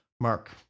Mark